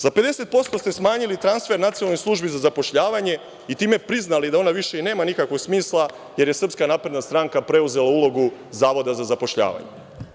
Za 50% ste smanjili transfer Nacionalnoj službi za zapošljavanje i time priznali da ona više i nema nikakvog smisla, jer je SNS preuzela ulogu zavoda za zapošljavanje.